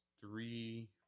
three